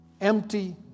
empty